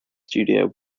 studio